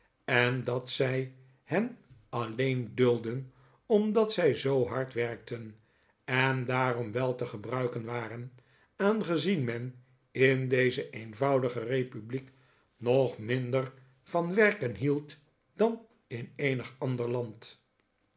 en dat zij hen alleen duldden omdat zij zoo hard werkten en daarom wel te gebruiken waren aangezien men in deze eenvoudige republiek nog minder van werken hield dan in eenig ander land